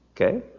Okay